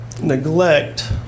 neglect